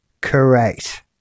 Correct